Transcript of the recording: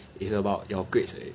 it's about your grades already